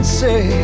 say